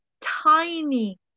tiny